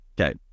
Okay